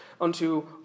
unto